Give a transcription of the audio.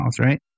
right